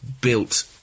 built